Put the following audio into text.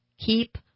Keep